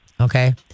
Okay